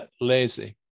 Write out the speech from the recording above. lazy